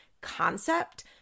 concept